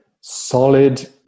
solid